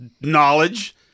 knowledge